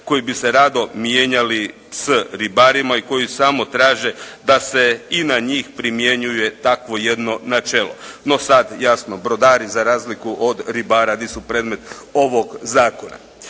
koji bi se rado mijenjali s ribarima i koji sam traže da se i na njih primjenjuje takvo jedno načelo. No sad, jasno brodari za razliku od ribara nisu predmet ovog zakona.